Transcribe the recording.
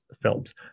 films